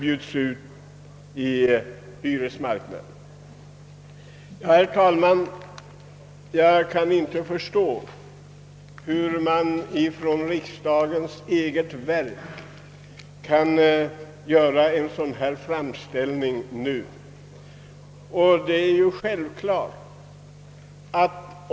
Jag kan inte förstå att ett riksdagens eget verk nu kan göra en sådan här framställning.